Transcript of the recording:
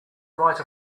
write